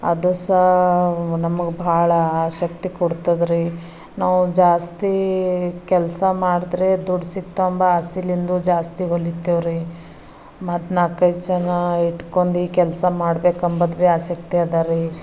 ಅದು ಸಹ ನಮಗೆ ಭಾಳ ಶಕ್ತಿ ಕೊಡ್ತದ್ರಿ ನಾವು ಜಾಸ್ತಿ ಕೆಲಸ ಮಾಡದ್ರೆ ದುಡ್ಡು ಸಿಕ್ತಾವೆಂಬ ಆಸೆಲಿಂದ ಜಾಸ್ತಿ ಹೊಲಿತೇವ್ರಿ ಮತ್ತು ನಾಲ್ಕು ಐದು ಜನ ಇಟ್ಕೊಂಡ್ ಈ ಕೆಲಸ ಮಾಡಬೇಕು ಅಂಬದು ಭೀ ಆಸಕ್ತಿ ಅದಾರಿ